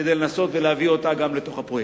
כדי לנסות להביא גם אותה לפרויקט.